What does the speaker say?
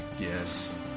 Yes